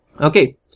Okay